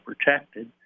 protected